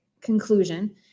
conclusion